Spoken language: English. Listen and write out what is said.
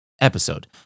episode